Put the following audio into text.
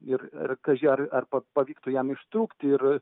ir kaži ar ar pa pavyktų jam ištrūkti ir